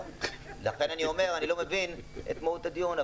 לכן אני לא מבין את מהות הדיון.